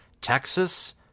Texas